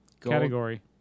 category